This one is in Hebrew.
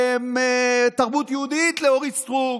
תרבות יהודית, לאורית סטרוק.